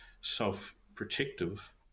self-protective